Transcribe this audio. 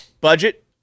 Budget